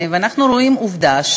אנחנו רואים עובדה,